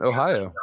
Ohio